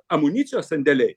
amunicijos sandėliai